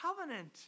covenant